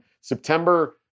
September